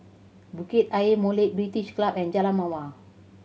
Bukit Ayer Molek British Club and Jalan Mawar